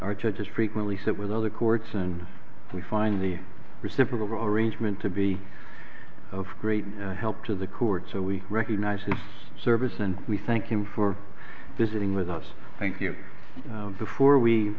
our judges frequently sit with other courts and we find the reciprocal arrangement to be of great help to the court so we recognize his service and we thank him for visiting with us thank you before we